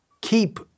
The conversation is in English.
keep